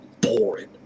boring